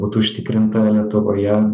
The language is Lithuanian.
būtų užtikrinta lietuvoje